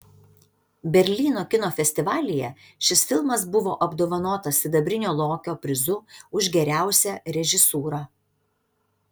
berlyno kino festivalyje šis filmas buvo apdovanotas sidabrinio lokio prizu už geriausią režisūrą